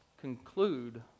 conclude